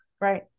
right